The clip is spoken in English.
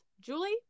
Julie